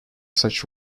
such